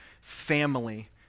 family